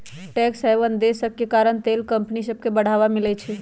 tax haven देश सभके कारण तेल कंपनि सभके बढ़वा मिलइ छै